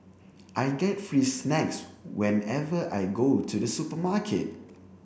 I get free snacks whenever I go to the supermarket